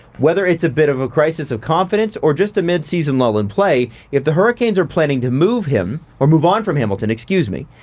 whether it's a bit of a crisis of confidence or just a mid-season lull in play, if the hurricanes are planning to move him or move on from hamilton, excuse me,